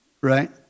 right